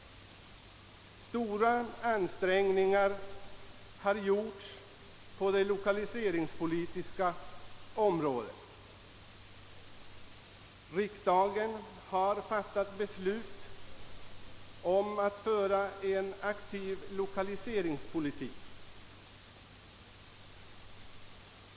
Stora ansträngningar har gjorts på det lokaliseringspolitiska området. Riksdagen har fattat beslut om att föra en aktiv lokaliseringspolitik.